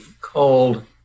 called